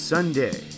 Sunday